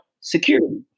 security